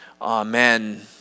Amen